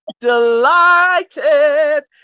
delighted